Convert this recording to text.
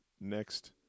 next